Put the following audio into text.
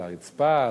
על הרצפה,